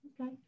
Okay